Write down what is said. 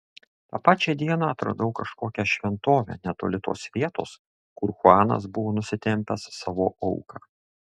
tą pačią dieną atradau kažkokią šventovę netoli tos vietos kur chuanas buvo nusitempęs savo auką